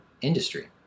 industry